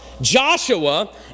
Joshua